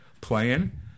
Playing